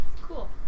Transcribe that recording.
cool